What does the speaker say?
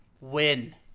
win